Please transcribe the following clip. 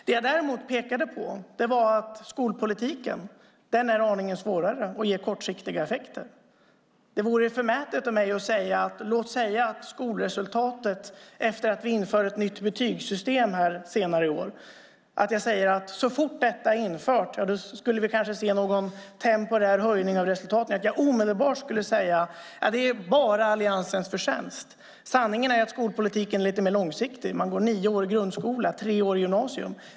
Det jag däremot pekade på var att det är svårt att få kortsiktiga effekter i skolpolitiken. Det vore förmätet av mig att säga att så fort ett nytt betygssystem är infört senare i år får vi se en temporär höjning av skolresultaten och det är bara Alliansens förtjänst. Sanningen är att skolpolitiken är lite mer långsiktig. Man går nio år i grundskola och tre år i gymnasium.